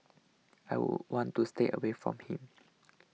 I would want to stay away from him